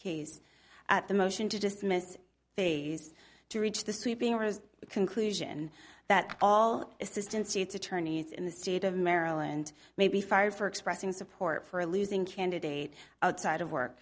case at the motion to dismiss phase to reach the sweeping or is the conclusion that all assistance its attorneys in the state of maryland may be fired for expressing support for a losing candidate outside of work